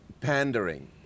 pandering